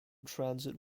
transit